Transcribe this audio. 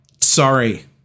sorry